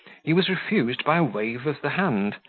he was refused by wave of the hand,